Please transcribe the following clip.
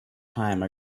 time